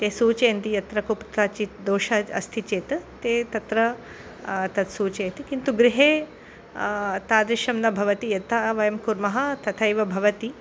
ते सूचयन्ति यत्र कुत्राचित् दोषः अस्ति चेत् ते तत्र तत्सूचयति किन्तु गृहे तादृशं न भवति यथा वयं कुर्मः तथैव भवति